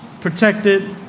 protected